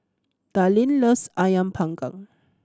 Darline loves Ayam Panggang